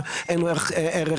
אני אשתדל לרוץ.